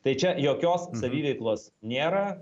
tai čia jokios saviveiklos nėra